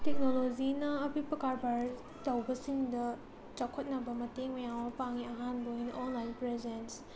ꯇꯦꯛꯅꯣꯂꯣꯖꯤꯅ ꯑꯄꯤꯛꯄ ꯀꯔꯕꯥꯔ ꯇꯧꯕꯁꯤꯡꯗ ꯆꯥꯎꯈꯠꯅꯕ ꯃꯇꯦꯡ ꯃꯌꯥꯝ ꯑꯃ ꯄꯥꯡꯉꯤ ꯑꯍꯥꯟꯗ ꯑꯣꯏꯅ ꯑꯣꯟꯂꯥꯏꯟ ꯄ꯭ꯔꯖꯦꯟꯁ